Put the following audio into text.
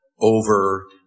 over